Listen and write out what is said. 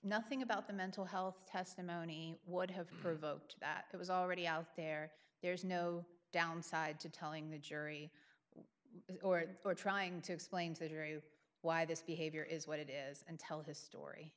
nothing about the mental health testimony would have provoked that it was already out there there's no downside to telling the jury or trying to explain to a jury why this behavior is what it is and tell his